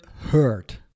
hurt